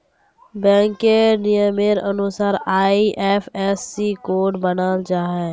बैंकेर नियमेर अनुसार आई.एफ.एस.सी कोड बनाल जाछे